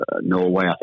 Norway